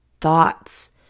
thoughts